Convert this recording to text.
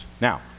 Now